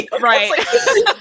right